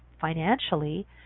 financially